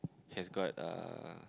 has got uh